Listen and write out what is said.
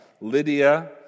Lydia